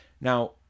Now